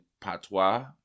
Patois